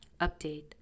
Update